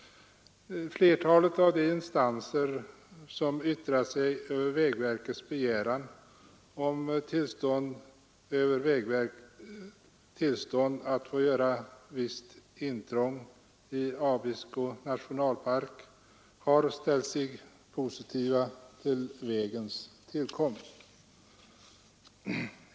Flertalet av de instanser som har yttrat sig över vägverkets begäran om tillstånd att få göra visst intrång i Abisko nationalpark har ställt sig positiva till vägens tillkomst.